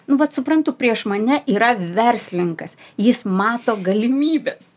nu vat suprantu prieš mane yra verslinkas jis mato galimybes